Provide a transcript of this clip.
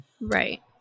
Right